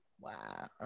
Wow